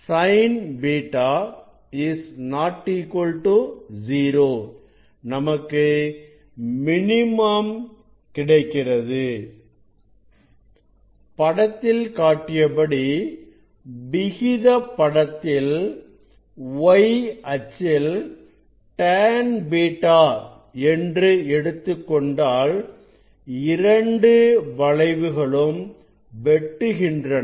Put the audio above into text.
Sin β ≠ 0 நமக்கு minimum கிடைக்கிறது படத்தில் காட்டியபடி விகித படத்தில் y அச்சில் tan β என்று எடுத்துக் கொண்டால் 2 வளைவுகளும் வெட்டுகின்றன